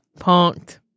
Punked